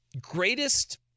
greatest